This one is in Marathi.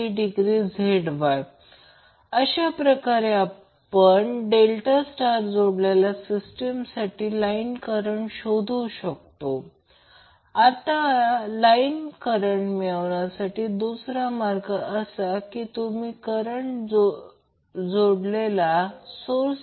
आणि √2 सोबत गुणाकार केला आहे म्हणजे ते पीक व्हॅल्यू आहे आणि कोसाइन टर्म साइन टर्मने दाखवू शकतो त्याचबरोबर sin 90 o cos मध्ये देखील बदलू शकतो म्हणून याला हे कोसाइन टर्म म्हणून दाखवू तर आता मला ते स्पष्ट करू द्या